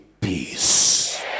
peace